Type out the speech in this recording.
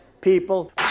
people